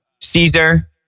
Caesar